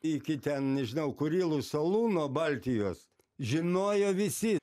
iki ten nežinau kurilų salų nuo baltijos žinojo visi